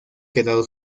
quedado